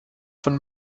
von